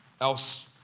Else